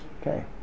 okay